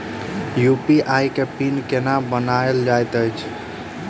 UPI केँ PIN केना बनायल जाइत अछि